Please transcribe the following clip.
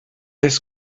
this